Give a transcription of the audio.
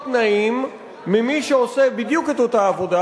תנאים ממי שעושה בדיוק את אותה עבודה,